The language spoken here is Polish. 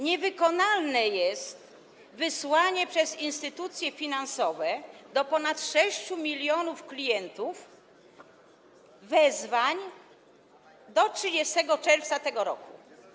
Niewykonalne jest wysłanie przez instytucje finansowe do ponad 6 mln klientów wezwań do 30 czerwca tego roku.